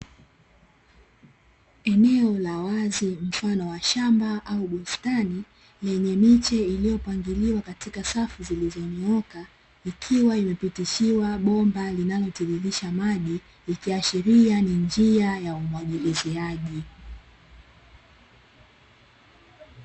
Eneo la wazi mfano wa shamba au bustani yenye miche iliyopangiliwa katika safu zilizonyooka, ikiwa imepitishiwa bomba linalotiririsha maji, ikiashiria ni njia ya umwagiliziaji.